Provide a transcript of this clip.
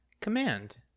Command